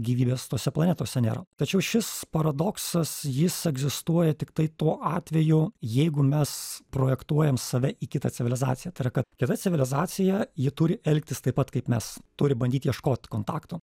gyvybės tose planetose nėra tačiau šis paradoksas jis egzistuoja tiktai tuo atveju jeigu mes projektuojam save į kitą civilizaciją tai yra kad kita civilizacija ji turi elgtis taip pat kaip mes turi bandyt ieškoti kontaktų